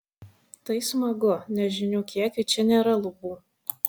tai smagu nes žinių kiekiui čia nėra lubų